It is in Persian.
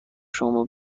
شما